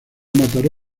mataró